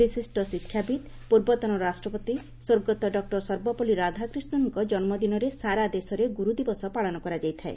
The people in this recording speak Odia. ବିଶିଷ୍ଟ ଶିକ୍ଷାବିତ୍ ପୂର୍ବତନ ରାଷ୍ଟ୍ରପତି ସ୍ୱର୍ଗତ ଡକ୍ଟର ସର୍ବପଲ୍ଲୀ ରାଧାକ୍ରିଷ୍ଣଙ୍କ ଜନ୍ମ ଦିନରେ ସାରା ଦେଶରେ ଗୁର୍ଦିବସ ପାଳନ କରାଯାଇଥାଏ